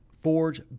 Forge